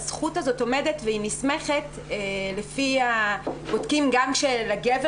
הזכות הזאת עומדת והיא נסמכת לפי כך שבודקים שגם לגבר